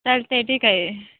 चालत आहे ठीक आहे